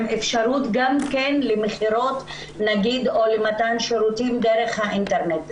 עם אפשרות גם למכירות או למתן שירותים דרך האינטרנט.